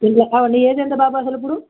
వు నీ ఏజ్ ఎంత బాబు అసలు ఇప్పుడు